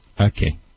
Okay